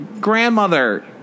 grandmother